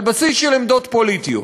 על בסיס של עמדות פוליטיות.